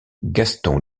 gaston